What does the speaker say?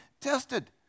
tested